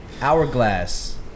Hourglass